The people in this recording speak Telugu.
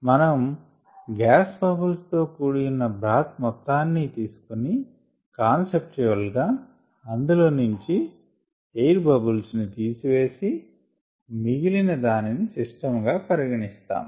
మనం గ్యాస్ బబుల్స్ తో కూడియున్న బ్రాత్ మొత్తాన్ని తీసుకొని కాన్సెప్టువల్ గా అందులో నుంచి ఎయిర్ బబుల్స్ ని తీసివేసి మిగిలిన దానిని సిస్టము గా పరిగణిస్తాము